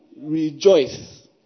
rejoice